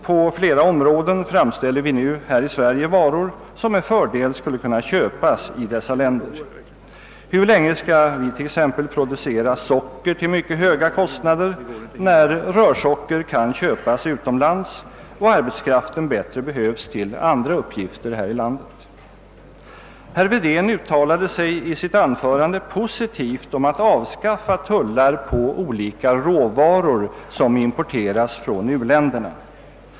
På flera områden framställer vi nu här i Sverige varor som med fördel skulle kunna köpas i dessa länder. Hur länge skall vi t.ex. fortsätta att producera socker till mycket höga kostnader, när rörsocker kan köpas utomlands och arbetskraften bättre behövs till andra uppgifter här i landet? | Herr Wedén uttalade sig i sitt anförande positivt om att avskaffa tullar på olika råvaror som importeras från u-länderna.